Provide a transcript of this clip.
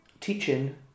teaching